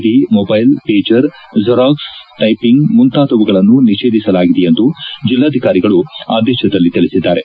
D ಮೊದ್ವೆಲ್ pager xerox typing ಮುಂತಾದವುಗಳನ್ನು ನಿಷೇಧಿಸಲಾಗಿದೆ ಎಂದು ಜಿಲ್ಲಾಧಿಕಾರಿ ಆದೇಶದಲ್ಲಿ ತಿಳಿಸಿದ್ದಾರೆ